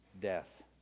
death